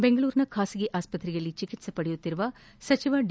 ಬೆಂಗಳೂರಿನ ಖಾಸಗಿ ಆಸ್ಪತ್ರೆಯಲ್ಲಿ ಚಿಕಿತ್ಸೆ ಪಡೆಯುತ್ತಿರುವ ಸಚಿವ ಡಿ